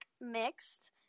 mixed